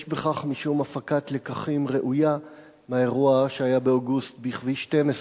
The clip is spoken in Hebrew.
יש בכך משום הפקת לקחים ראויה מהאירוע שהיה באוגוסט בכביש 12,